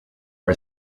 are